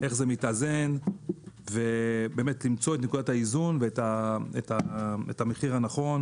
איך זה מתאזן ובאמת למצוא את נקודת האיזון ואת המחיר הנכון